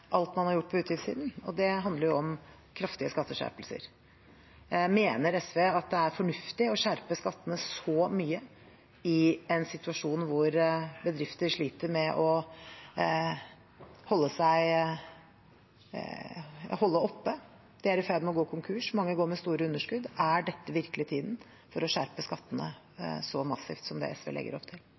alt man har gjort på utgiftssiden, og det handler jo om kraftige skatteskjerpelser. Mener SV at det er fornuftig å skjerpe skattene så mye i en situasjon hvor bedrifter sliter med å holde seg oppe – de er i ferd med å gå konkurs, og mange går med store underskudd? Er dette virkelig tiden for å skjerpe skattene så massivt som det SV legger opp til?